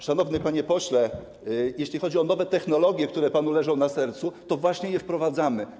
Szanowny panie pośle, jeśli chodzi o nowe technologie, które panu leżą na sercu, właśnie je wprowadzamy.